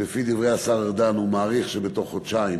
שלפי דברי השר ארדן הוא מעריך שבתוך חודשיים